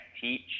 teach